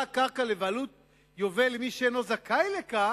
הקרקע לבעלות יובל למי שאינו זכאי לכך,